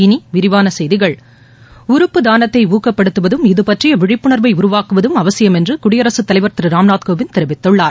இனி விரிவான செய்திகள் உறுப்பு தானத்தை ஊக்கப்படுத்துவதும் இதுபற்றிய விழிப்புணர்வை உருவாக்குவதும் அவசியம் என்று குடியரசுத் தலைவர் திரு ராம்நாத் கோவிந்த் தெரிவித்துள்ளார்